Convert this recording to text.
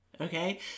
okay